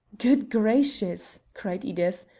good gracious, cried edith,